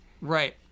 right